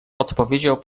odpowiedział